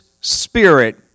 spirit